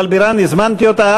הזמנתי אותה.